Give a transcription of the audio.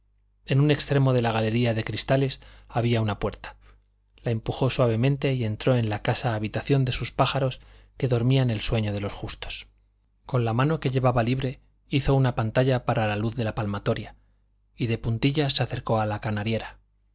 en un extremo de la galería de cristales había una puerta la empujó suavemente y entró en la casa habitación de sus pájaros que dormían el sueño de los justos con la mano que llevaba libre hizo una pantalla para la luz de la palmatoria y de puntillas se acercó a la canariera